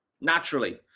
naturally